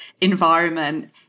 environment